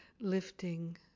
lifting